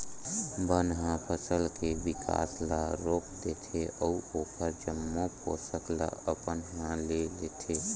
बन ह फसल के बिकास ल रोक देथे अउ ओखर जम्मो पोसक ल अपन ह ले लेथे